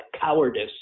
cowardice